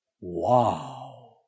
Wow